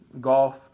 golf